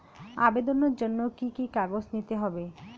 আবেদনের জন্য কি কি কাগজ নিতে হবে?